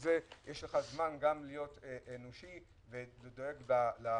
זה יש לך זמן להיות אנושי ודואג לאחר.